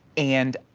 and